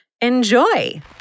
Enjoy